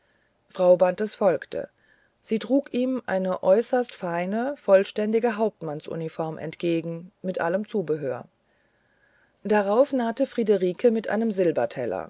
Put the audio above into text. frau bantes folgte sie trug ihm eine äußerst feine vollständige hauptmannsuniform entgegen mit allem zubehör darauf nahte friederike mit einem